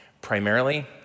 Primarily